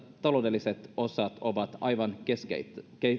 taloudelliset asiat ovat aivan keskeisiä